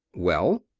well?